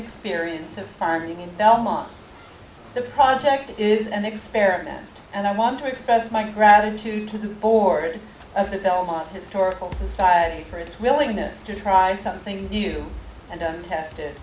experience of turning in belmont the project is an experiment and i want to express my gratitude to the board of the belmont historical society for its willingness to try something new and untested